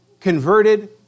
converted